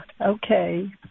okay